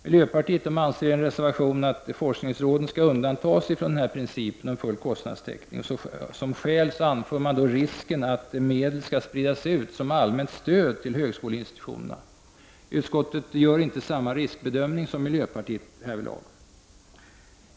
Miljöpartiet anser i en reservation att forskningsråden skall undantas från principen om full kostnadstäckning. Som skäl anförs risken att medel skall spridas ut som allmänt stöd till högskoleinstitutionerna. Utskottet gör inte samma riskbedömning som miljöpartiet härvidlag.